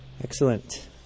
Excellent